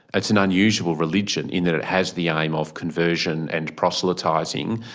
it's an unusual religion in that it has the aim of conversion and proselytising,